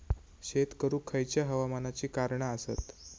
शेत करुक खयच्या हवामानाची कारणा आसत?